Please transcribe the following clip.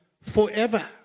forever